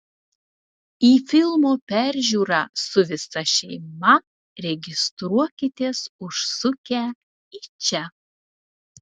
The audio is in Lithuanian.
į filmo peržiūrą su visa šeima registruokitės užsukę į čia